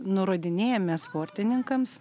nurodinėjame sportininkams